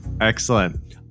Excellent